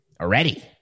already